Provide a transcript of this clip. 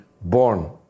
born